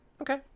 Okay